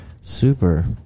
super